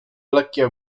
lekkie